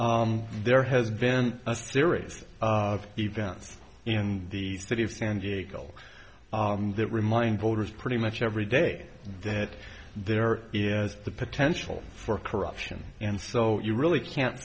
out there has been a series of events in the city of san diego that remind voters pretty much every day that there is the potential for corruption and so you really can't